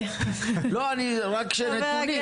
לא, אני רק אומר שצריך נתונים.